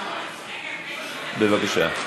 בבקשה,